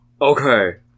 Okay